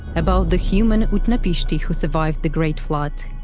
about the human ut-napishti who survived the great flood.